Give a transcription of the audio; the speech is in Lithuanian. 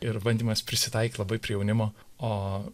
ir bandymas prisitaikyt labai prie jaunimo o